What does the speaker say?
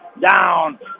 down